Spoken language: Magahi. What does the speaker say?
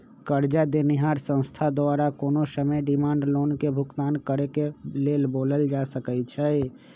करजा देनिहार संस्था द्वारा कोनो समय डिमांड लोन के भुगतान करेक लेल बोलायल जा सकइ छइ